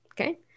Okay